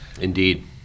Indeed